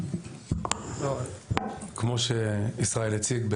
כמו שישראל הציג,